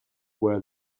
were